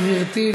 גברתי,